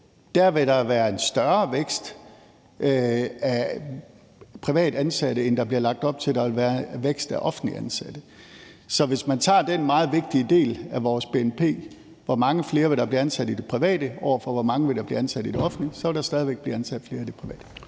så vil der være en større vækst af privat ansatte, end der bliver lagt op til der vil være vækst af offentligt ansatte. Så hvis man tager den meget vigtige del af vores bnp, altså hvor mange der vil blive ansat i det private sat op over for, hvor mange der vil blive ansat i det offentlige, så vil der stadig væk blive ansat flere i det private.